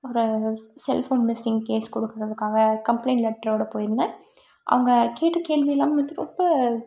ஒரு cell phone missing case கொடுக்குறதுக்காக complaint லெட்டரோடு போயிருந்தேன் அங்கே கேட்ட கேள்விலாம் வந்து ரொம்ப